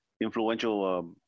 influential